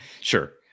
Sure